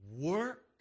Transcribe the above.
work